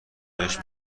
بهش